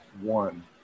one